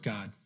God